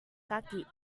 kaki